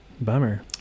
Bummer